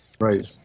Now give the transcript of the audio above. Right